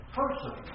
person